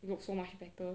you look so much better